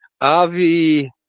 Avi